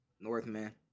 Northman